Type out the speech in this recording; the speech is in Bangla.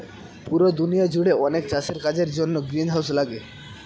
পুরো দুনিয়া জুড়ে অনেক চাষের কাজের জন্য গ্রিনহাউস লাগে